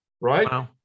right